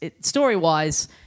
Story-wise